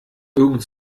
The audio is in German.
irgend